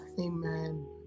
amen